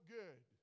good